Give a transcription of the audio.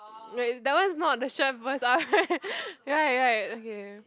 wait that one is not the shirt bazaar right right okay